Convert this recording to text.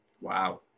Wow